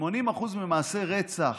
80% ממעשי הרצח